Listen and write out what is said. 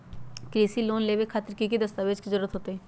कृषि लोन लेबे खातिर की की दस्तावेज के जरूरत होतई?